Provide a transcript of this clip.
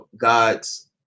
God's